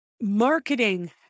marketing